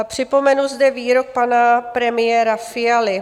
Připomenu zde výrok pana premiéra Fialy.